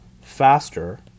faster